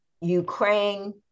Ukraine